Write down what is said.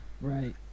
right